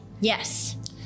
Yes